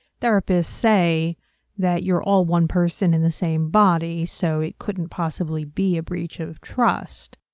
therapists say that you're all one person in the same body so it couldn't possibly be a breach of trust.